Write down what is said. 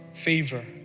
favor